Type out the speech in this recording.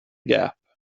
gap